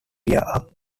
area